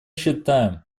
считаем